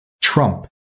Trump